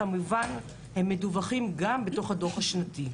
כמובן, הם מדווחים גם בדוח השנתי.